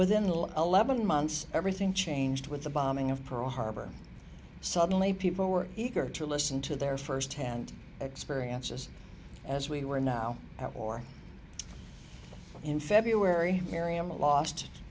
little eleven months everything changed with the bombing of pearl harbor suddenly people were eager to listen to their firsthand experiences as we were now or in february mariama lost